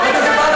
חבר הכנסת מקלב?